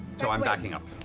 so i'm backing up.